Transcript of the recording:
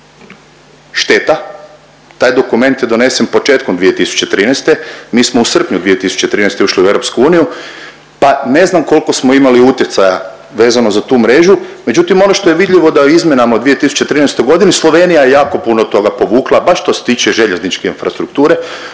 Šteta, taj dokument je donesen početkom 2013., mi smo u srpnju 2013. ušli u EU pa ne znam koliko smo imali utjecaja vezano za tu mrežu. Međutim, ono što je vidljivo da je u izmjenama u 2013. godini Slovenija jako puno toga povukla baš što se tiče željezničke infrastrukture,